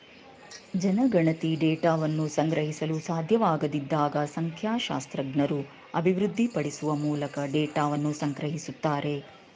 ಜನಗಣತಿ ಡೇಟಾವನ್ನ ಸಂಗ್ರಹಿಸಲು ಸಾಧ್ಯವಾಗದಿದ್ದಾಗ ಸಂಖ್ಯಾಶಾಸ್ತ್ರಜ್ಞರು ಅಭಿವೃದ್ಧಿಪಡಿಸುವ ಮೂಲಕ ಡೇಟಾವನ್ನ ಸಂಗ್ರಹಿಸುತ್ತಾರೆ